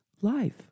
life